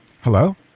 Hello